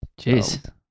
Jeez